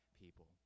people